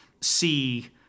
see